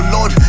Lord